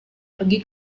pergi